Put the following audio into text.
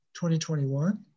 2021